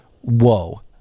Whoa